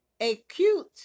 Acute